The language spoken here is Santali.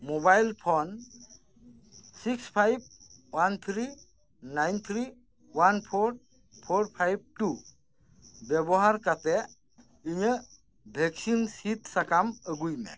mobile phone six five one three nine three one four four five two ᱵᱮᱵᱚᱦᱟᱨ ᱠᱟᱛᱮᱫ ᱤᱧᱟᱹᱜ ᱵᱷᱮᱠᱥᱤᱱ ᱥᱤᱫ ᱥᱟᱠᱟᱢ ᱟᱹᱜᱩᱭ ᱢᱮ